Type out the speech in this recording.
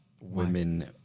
women